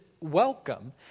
welcome